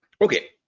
Okay